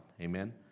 amen